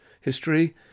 history